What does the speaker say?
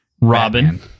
Robin